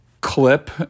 clip